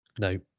No